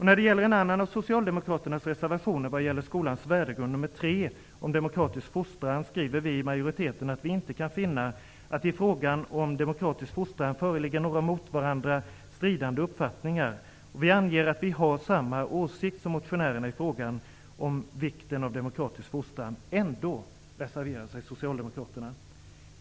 När det gäller en annan av Socialdemokraternas reservationer vad gäller skolans värdegrund, nämligen reservation nr 3 om demokratisk fostran, skriver vi i majoriteten att vi inte kan finna att det i frågan om demokratisk fostran föreligger några mot varandra stridande uppfattningar, och vi anger att vi har samma åsikt som motionärerna i fråga om vikten av demokratisk fostran. Trots detta reserverar sig Socialdemokraterna!